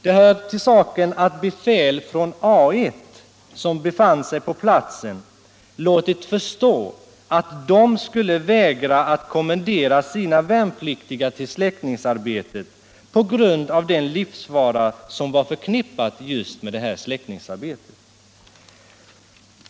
Det hör till saken att befäl från A I som befann sig på platsen låtit förstå att de skulle vägra att kommendera sina värnpliktiga till släckningsarbetet på grund av den livsfara som var förknippad med detta släckningsarbete.